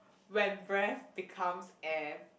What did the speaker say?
when breath becomes air